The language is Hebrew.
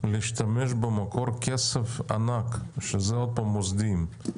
להשתמש במקור כסף ענק, שזה עוד פעם המוסדיים.